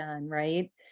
Right